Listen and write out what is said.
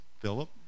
philip